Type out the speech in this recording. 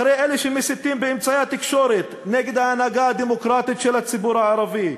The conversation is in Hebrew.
אחרי אלה שמסיתים באמצעי התקשורת נגד ההנהגה הדמוקרטית של הציבור הערבי,